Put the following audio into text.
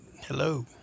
Hello